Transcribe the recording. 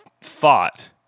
fought